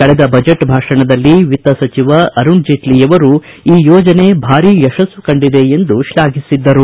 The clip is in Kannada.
ಕಳೆದ ಬಜೆಟ್ ಭಾಷಣದಲ್ಲಿ ವಿತ್ತ ಸಚಿವ ಅರುಣ್ ಜೇಟ್ಷಿಯವರು ಈ ಯೋಜನೆ ಭಾರಿ ಯಶಸ್ಸು ಕಂಡಿದೆ ಎಂದು ಶ್ಲಾಘಿಸಿದ್ದರು